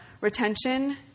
retention